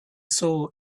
saw